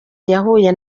yahuye